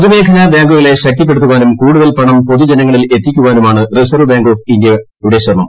പൊതുമേഖലാ ബാങ്കുകളെ ശക്തിപ്പെടുത്താനും കൂടുതൽ പണം പൊതുജനങ്ങളിലെത്തിക്കാനുമാണ് റിസർവ്വ് ബാങ്ക് ഓഫ് ഇന്ത്യയുടെ ശ്രമം